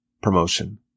promotion